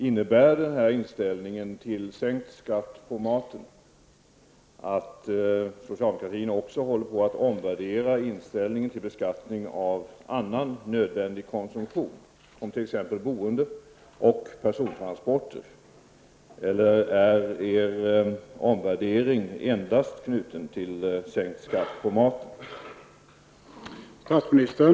Innebär den här inställningen till sänkt skatt på maten att socialdemokraterna också håller på att omvärdera inställningen till beskattning av annan nödvändig konsumtion, t.ex. boende och persontransporter, eller är er omvärdering endast knuten till sänkt skatt på maten?